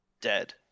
Dead